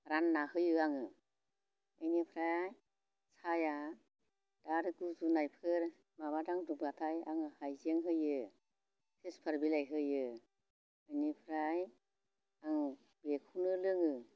रानना होयो आङो बेनिफ्राय साहाया दा आरो गुजुनायफोर माबा दांदावबाथाय आङो हायजें होयो थेसफाट बिलाइ होयो बेनिफ्राय आं बेखौनो लोङो